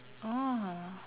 oh